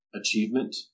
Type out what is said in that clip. achievement